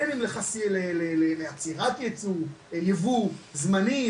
בין אם לעצירת ייצוא וייבוא זמני,